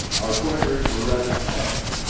our quarters were rather cramped.